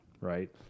right